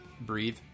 breathe